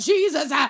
Jesus